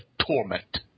Torment